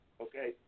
Okay